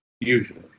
Usually